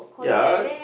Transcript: ya